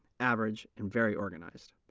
average and very organized.